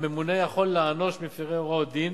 הממונה יכול לענוש מפירי הוראות דין